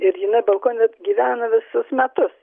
ir jinai balkone vat gyvena visus metus